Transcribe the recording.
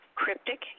cryptic